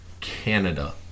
Canada